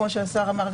כמו שהשר אמר,